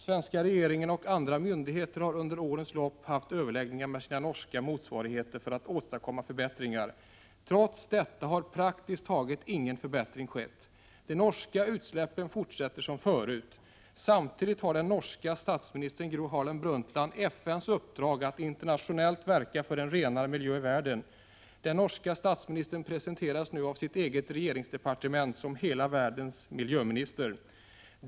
Svenska regeringen och andra myndigheter har under årens lopp haft överläggningar med sina norska motsvarigheter för att åstadkomma förbättringar. Trots detta har praktiskt taget ingen förbättring skett. De norska utsläppen fortsätter som förut. Samtidigt har den norska statsministern Gro Harlem Brundtland fått i uppdrag av FN att internationellt verka för en renare miljö i världen. Den norska statsministern presenteras nu av sitt eget regeringsdepartement som ”hela världens miljöminister”.